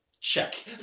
Check